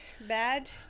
Bad